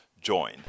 join